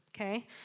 Okay